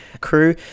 crew